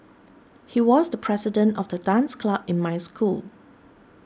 he was the president of the dance club in my school